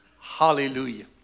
Hallelujah